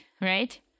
right